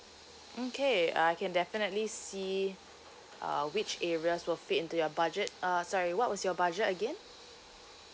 okay I can definitely see uh which areas will fit into your budget uh sorry what was your budget again